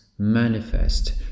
manifest